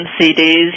CDs